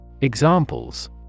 Examples